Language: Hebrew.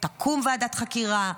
תקום ועדת חקירה,